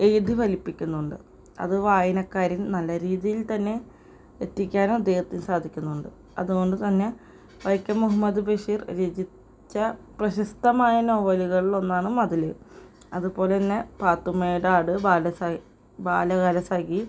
എഴ്തി ഫലിപ്പിക്കുന്നുണ്ട് അതു വായനക്കാരിൽ നല്ല രീതിയിൽ തന്നെ എത്തിക്കാനും അദ്ദേഹത്തിന് സാധിക്കുന്നുണ്ട് അതുകൊണ്ടു തന്നെ വൈക്കം മുഹമ്മദ് ബഷീർ രചിച്ച പ്രശസ്തമായ നോവലുകളിലൊന്നാണ് മതില് അതുപോലെ തന്നെ പാത്തുമ്മയുടെ ആട് ബാല്യകാലസഖി